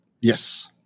Yes